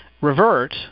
revert